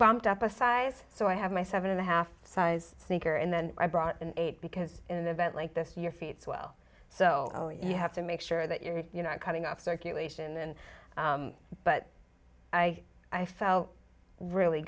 bumped up a size so i have my seven and a half size sneaker and then i brought in eight because in an event like this your feet swell so no you have to make sure that you're not cutting off circulation and but i i felt really